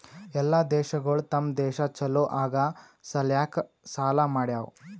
ಎಲ್ಲಾ ದೇಶಗೊಳ್ ತಮ್ ದೇಶ ಛಲೋ ಆಗಾ ಸಲ್ಯಾಕ್ ಸಾಲಾ ಮಾಡ್ಯಾವ್